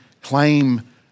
claim